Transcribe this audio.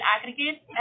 aggregate